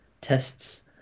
tests